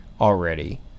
already